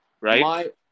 right